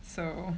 so